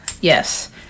Yes